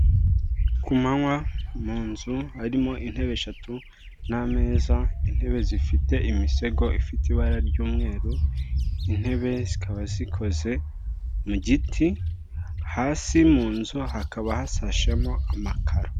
Ku manywa mu nzu harimo intebe eshatu n'ameza, intebe zifite imisego ifite ibara ry'umweru, intebe zikaba zikoze mu giti, hasi mu nzu hakaba hasashemo amakaro.